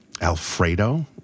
Alfredo